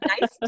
nice